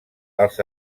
els